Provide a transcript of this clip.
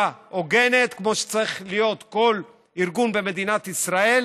הוגנת כמו שצריך להיות כל ארגון במדינת ישראל,